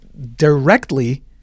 directly